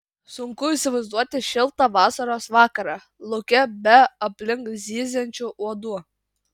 sunku įsivaizduoti šiltą vasaros vakarą lauke be aplink zyziančių uodų